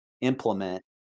implement